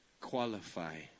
qualify